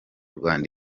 rwanda